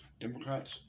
Democrats